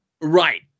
right